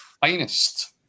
finest